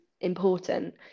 important